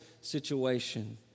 situation